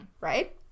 right